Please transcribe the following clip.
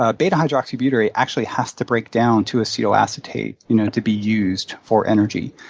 ah beta-hydroxybutyrate actually has to break down to acetoacetate you know to be used for energy.